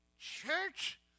church